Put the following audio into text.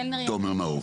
תומר נאור.